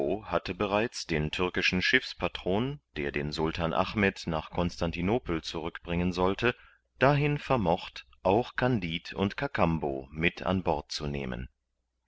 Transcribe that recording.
hatte bereits den türkischen schiffspatron der den sultan achmed nach konstantinopel zurückbringen sollte dahin vermocht auch kandid und kakambo mit an bord zu nehmen